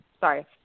sorry